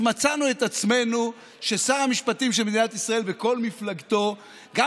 אז מצאנו את עצמנו ששר המשפטים של מדינת ישראל וכל מפלגתו גם